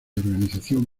organización